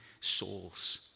souls